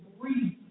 breathe